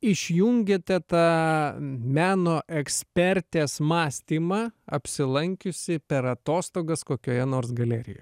išjungiate tą meno ekspertės mąstymą apsilankiusi per atostogas kokioje nors galerijoj